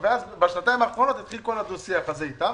ואז בשנתיים האחרונות התחיל כל הדו-שיח הזה איתם,